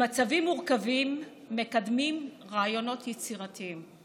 במצבים מורכבים מקדמים רעיונות יצירתיים.